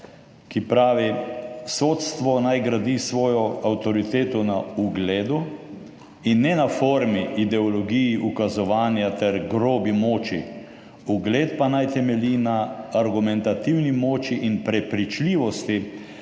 ki pravi: »Sodstvo naj gradi svojo avtoriteto na ugledu in ne na formi, ideologiji ukazovanja ter grobi moči, ugled pa naj temelji na argumentativni moči in prepričljivosti,